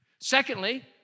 Secondly